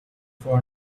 for